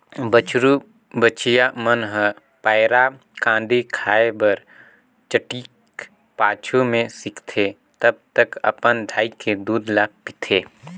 बछरु बछिया मन ह पैरा, कांदी खाए बर चटिक पाछू में सीखथे तब तक अपन दाई के दूद ल पीथे